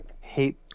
hate